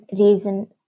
reason